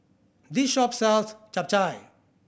this shop sells Chap Chai